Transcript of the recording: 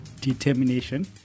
determination